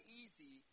easy